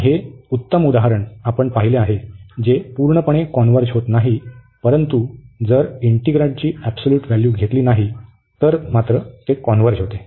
आणि हे उत्तम उदाहरण आपण पाहिले आहे जे पूर्णपणे कॉन्व्हर्ज होत नाही परंतु जर इंटिग्रन्टची एबसोल्यूट व्हॅल्यू घेतली नाही तर ते कॉन्व्हर्ज होते